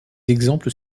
exemples